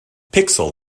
pixel